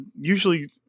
usually